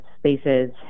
spaces